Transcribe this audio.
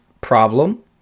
problem